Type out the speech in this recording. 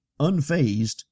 Unfazed